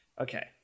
Okay